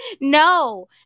No